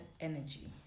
energy